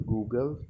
Google